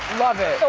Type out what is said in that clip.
love it. so,